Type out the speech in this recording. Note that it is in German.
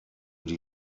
die